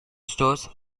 stores